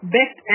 Best